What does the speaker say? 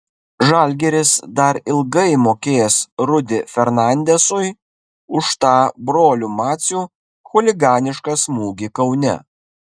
žalgiris dar ilgai mokės rudy fernandezui už tą brolių macių chuliganišką smūgį kaune